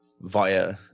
via